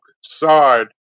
side